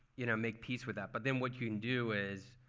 you know make peace with that. but then what you can do is,